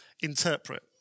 interpret